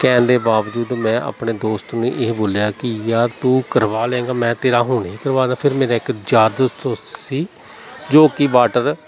ਕਹਿਣ ਦੇ ਬਾਵਜੂਦ ਮੈਂ ਆਪਣੇ ਦੋਸਤ ਨੂੰ ਇਹ ਬੋਲਿਆ ਕਿ ਯਾਰ ਤੂੰ ਕਰਵਾ ਲਏਗਾ ਮੈਂ ਤੇਰਾ ਹੁਣੇ ਕਰਵਾਉਂਦਾ ਫਿਰ ਮੇਰਾ ਇੱਕ ਯਾਰ ਦੋ ਦੋਸਤ ਸੀ ਜੋ ਕਿ ਵਾਟਰ